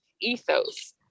ethos